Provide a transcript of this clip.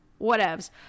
whatevs